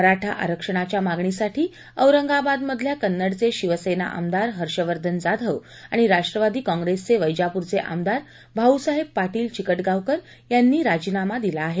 मराठा आरक्षणाच्या मागणीसाठी औरंगाबादमधल्या कन्नडचे शिवसेना आमदार हर्षवर्धन जाधव आणि राष्ट्रवादी काँप्रेसचे वैजापूरचे आमदार भाऊसाहेब पार्शेल चिकत्रावकर यांनी यांनी राजीनामा दिला आहे